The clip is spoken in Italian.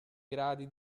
gradi